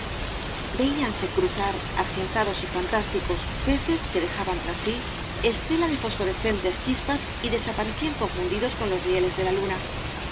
veíanse cruzar argentados y fantásticos peces que dejaban tras sí estela de fosforescentes chispas y desaparecían confundidos con los rieles de la luna